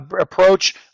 approach